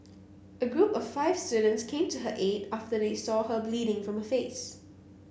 a group of five students came to her aid after they saw her bleeding from her face